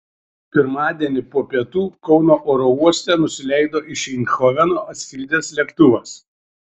pirmadienį po pietų kauno oro uoste nusileido iš eindhoveno atskridęs lėktuvas